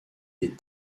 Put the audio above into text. des